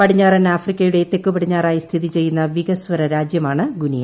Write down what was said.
പടിഞ്ഞാറൻ ആഫ്രിക്കയുടെ തെക്കുപടിഞ്ഞാറായി സ്ഥിതി ചെയ്യുന്ന വികസ്വര രാജ്യമാണ് ഗുനിയ